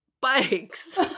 bikes